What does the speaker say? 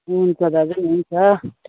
हुन्छ दाजु हुन्छ